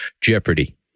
Jeopardy